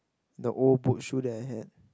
the old boat shoe that I had